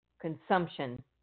consumption